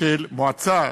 של מועצה.